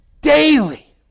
daily